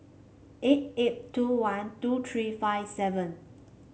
eight eight two one two three five seven